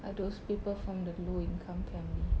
are those people from the low income family